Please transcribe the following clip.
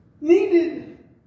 needed